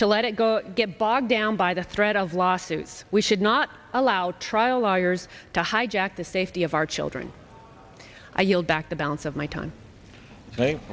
to let it go get bogged down by the threat of lawsuits we should not allow trial lawyers to hijack the safety of our children i yield back the balance of my time